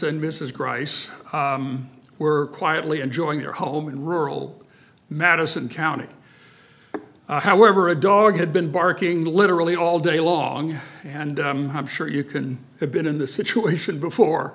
and mrs grice were quietly enjoying their home in rural madison county however a dog had been barking literally all day long and i'm sure you can have been in the situation before